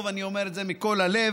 מזל טוב, אני אומר את זה מכל הלב.